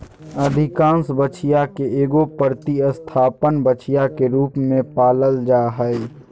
अधिकांश बछिया के एगो प्रतिस्थापन बछिया के रूप में पालल जा हइ